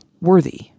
worthy